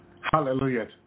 Hallelujah